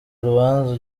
urubanza